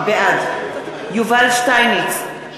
בעד יובל שטייניץ, בעד